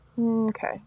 Okay